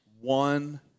one